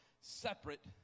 separate